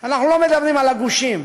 אנחנו לא מדברים על הגושים,